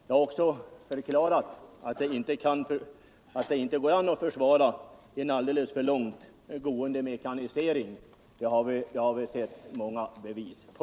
Jag har också förklarat att det inte går att försvara en mycket långt driven mekanisering — det har vi sett många bevis på.